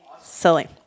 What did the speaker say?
silly